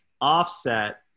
offset